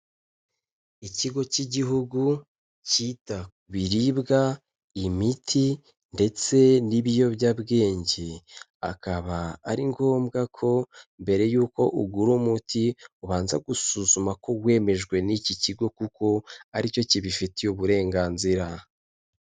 Ikigo cy'Igihugu cyita ku biribwa imiti ndetse n'ibiyobyabwenge, akaba ari ngombwa ko mbere y'uko ugura umuti, ubanza gusuzuma ko wemejwe n'iki kigo kuko ari cyo kibifitiye uburenganzira.